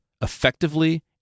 effectively